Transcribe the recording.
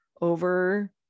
over